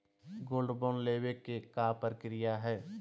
Gold bond लेवे के का प्रक्रिया हई?